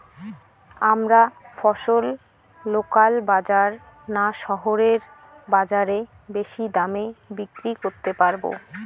আমরা ফসল লোকাল বাজার না শহরের বাজারে বেশি দামে বিক্রি করতে পারবো?